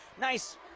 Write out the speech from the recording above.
Nice